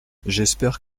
j’espère